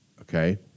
okay